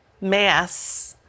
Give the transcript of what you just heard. mass